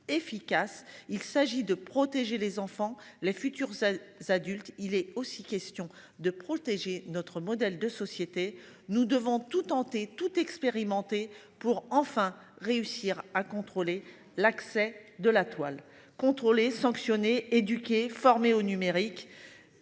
Il s'agit de protéger les enfants les futurs. Adultes, il est aussi question de protéger notre modèle de société. Nous devons tout tenter tout expérimenté pour enfin réussir à contrôler l'accès de la toile contrôler sanctionner éduquer former au numérique.